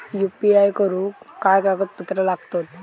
UPI करुक काय कागदपत्रा लागतत?